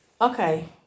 Okay